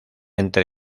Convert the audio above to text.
entre